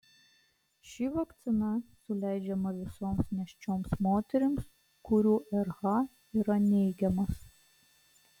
ši vakcina suleidžiama visoms nėščioms moterims kurių rh yra neigiamas